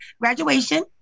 graduation